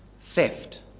theft